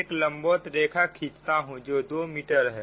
एक लंबवत रेखा खींचता हूं जो 2 मीटर है